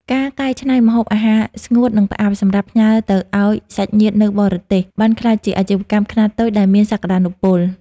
ការកែច្នៃម្ហូបអាហារស្ងួត និងផ្អាប់សម្រាប់ផ្ញើទៅឱ្យសាច់ញាតិនៅបរទេស បានក្លាយជាអាជីវកម្មខ្នាតតូចដែលមានសក្ដានុពល។